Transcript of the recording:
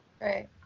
right